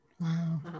Wow